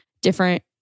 different